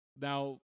Now